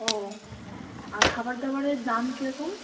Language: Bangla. ও আর খাবার দাবারের দাম কীরকম